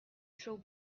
throw